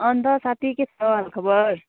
अन्त साथी के छ हाल खबर